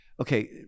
Okay